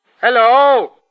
Hello